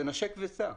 זה נשק וסע.